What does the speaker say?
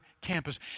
campus